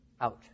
out